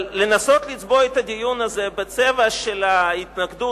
אבל לנסות לצבוע את הדיון הזה בצבע של התנגדות